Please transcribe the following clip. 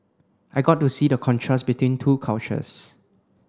I got to see the contrast between two cultures